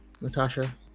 Natasha